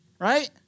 Right